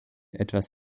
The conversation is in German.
etwas